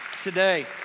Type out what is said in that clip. today